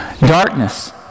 Darkness